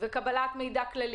וקבלת מידע כללי,